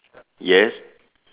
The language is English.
yes